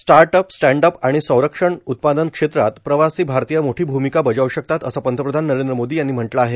start up stand up आणि संरक्षण उत्पादन क्षेत्रात प्रवासी भारतीय मोठी भूमिका बजावू शकतात असं पंतप्रधान नरेंद्र मोदी यांनी म्हटलं आहे